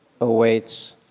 awaits